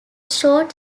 short